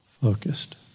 focused